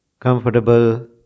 comfortable